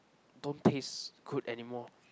don't taste good anymore